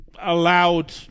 allowed